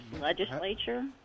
legislature